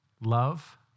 Love